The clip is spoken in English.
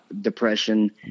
depression